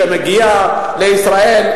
שמגיע מישראל.